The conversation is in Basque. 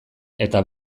eta